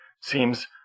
seems